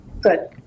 Good